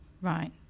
Right